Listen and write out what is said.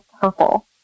purple